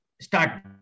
start